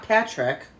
Patrick